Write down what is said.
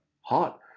hot